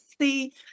see